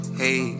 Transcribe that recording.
hey